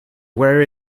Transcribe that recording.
where